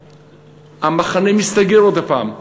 המחנה מסתגר עוד הפעם.